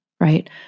Right